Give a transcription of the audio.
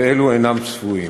ואלו אינם צפויים.